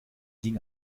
ging